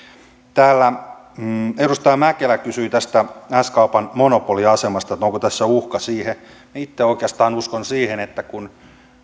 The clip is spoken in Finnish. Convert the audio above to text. täällä edustaja mäkelä kysyi tästä s kaupan monopoliasemasta että onko tässä uhka siihen itse oikeastaan uskon siihen että kun